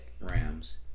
Rams